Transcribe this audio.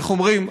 ואיך אומרים?